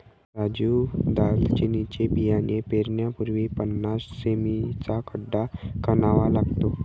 राजू दालचिनीचे बियाणे पेरण्यापूर्वी पन्नास सें.मी चा खड्डा खणावा लागतो